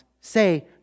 say